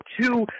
two